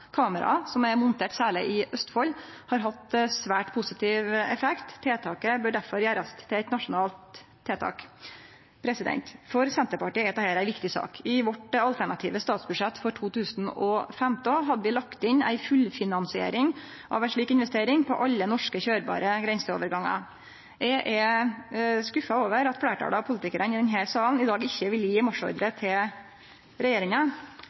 som er monterte særleg i Østfold, har hatt svært positiv effekt. Tiltaket bør derfor gjerast til eit nasjonalt tiltak. For Senterpartiet er dette ei viktig sak. I vårt alternative statsbudsjett for 2015 hadde vi lagt inn ei fullfinansiering av ei slik investering på alle norske køyrbare grenseovergangar. Eg er skuffa over at fleirtalet av politikarane i denne salen i dag ikkje vil gje marsjordre til regjeringa.